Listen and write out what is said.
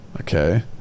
okay